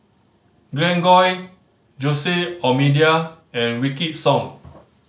Glen Goei Jose D'Almeida and Wykidd Song